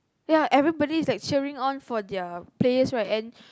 ya everybody is like cheering on for their players right and